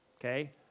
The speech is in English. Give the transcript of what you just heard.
okay